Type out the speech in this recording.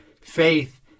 faith